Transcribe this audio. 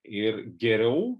ir geriau